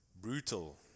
brutal